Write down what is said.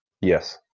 Yes